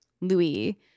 Louis